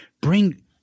bring